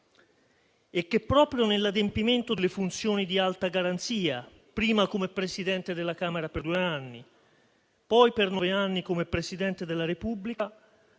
Proprio nell'adempimento delle funzioni di alta garanzia, prima come Presidente della Camera per due anni, poi per nove anni come Presidente della Repubblica,